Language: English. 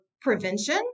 prevention